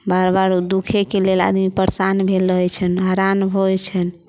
बार बार दुःखेके लेल आदमी परेशान भेल रहैत छैन्ह हरान होइत छैन्ह